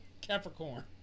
Capricorn